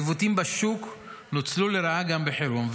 העיוותים בשוק נוצלו לרעה גם בחירום,